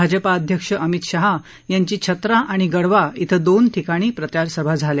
भाजपा अध्यक्ष अमित शाह यांची छत्रा आणि गरवा इथं दोन ठिकाणी प्रचारसभा झाल्या